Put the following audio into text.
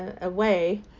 away